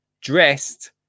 dressed